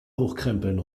hochkrempeln